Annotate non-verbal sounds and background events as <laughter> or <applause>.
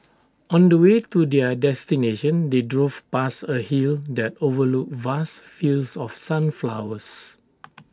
on the way to their destination they drove past A hill that overlooked vast fields of sunflowers <noise>